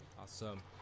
Awesome